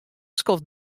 skoft